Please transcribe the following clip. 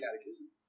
catechism